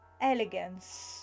elegance